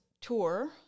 tour